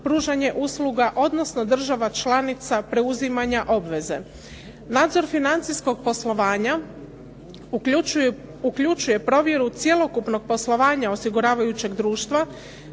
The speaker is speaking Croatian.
pružanje usluga, odnosno država članica preuzimanja obveze. Nadzor financijskog poslovanja uključuje provjeru cjelokupnog poslovanja osiguravajućeg društva,